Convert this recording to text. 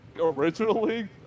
originally